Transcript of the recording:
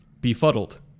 befuddled